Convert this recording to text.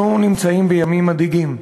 אנחנו נמצאים בימים מדאיגים: